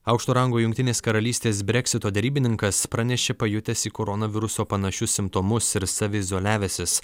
aukšto rango jungtinės karalystės breksito derybininkas pranešė pajutęs į koronaviruso panašius simptomus ir saviizoliavęsis